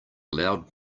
loud